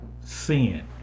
sin